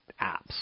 apps